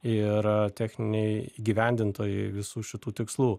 ir techniniai įgyvendintojai visų šitų tikslų